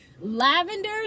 Lavender